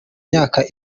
imyaka